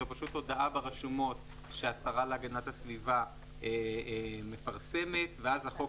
זו פשוט הודעה ברשומות שהשרה להגנת הסביבה מפרסמת ואז החוק